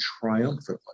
triumphantly